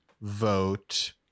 vote